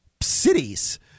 cities